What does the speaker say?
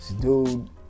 Dude